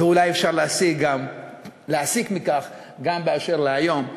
ואולי אפשר להסיק מכך גם באשר להיום,